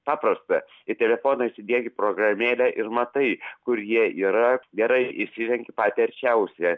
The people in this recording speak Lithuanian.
paprasta ir telefone įsidiegi programėlę ir matai kur jie yra gerai išsirenki patį arčiausią